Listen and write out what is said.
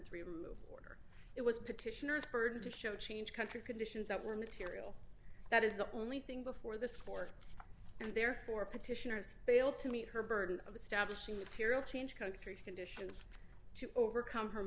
three removed it was petitioners heard to show change country conditions that were material that is the only thing before this court and therefore petitioners fail to meet her burden of establishing material change countries conditions to overcome her